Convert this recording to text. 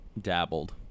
dabbled